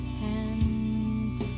hands